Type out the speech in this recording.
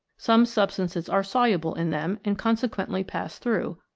some substances are soluble in them, and consequently pass through,